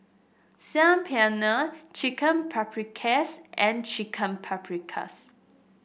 Saag Paneer Chicken Paprikas and Chicken Paprikas